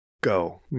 Go